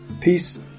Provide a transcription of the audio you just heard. peace